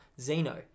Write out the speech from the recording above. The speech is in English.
Zeno